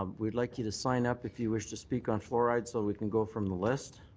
um we'd like you to sign up if you wish to speak on fluoride so we can go from the list.